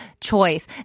choice